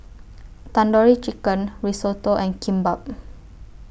Tandoori Chicken Risotto and Kimbap